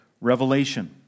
revelation